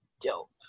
dope